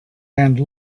and